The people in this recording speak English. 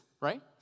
right